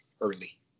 early